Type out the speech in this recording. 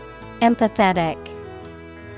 Empathetic